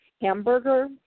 hamburger